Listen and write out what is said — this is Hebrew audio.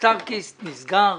סטארקיסט נסגר,